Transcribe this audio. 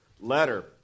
letter